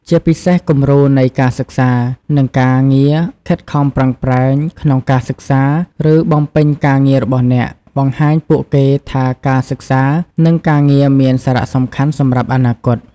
ជាពិសេសគំរូនៃការសិក្សា និងការងារខិតខំប្រឹងប្រែង ក្នុងការសិក្សា ឬបំពេញការងាររបស់អ្នក បង្ហាញពួកគេថាការសិក្សា និងការងារមានសារៈសំខាន់សម្រាប់អនាគត ។